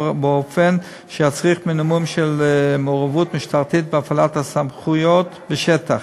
באופן שיצריך מינימום של מעורבות משטרתית בהפעלת הסמכויות בשטח.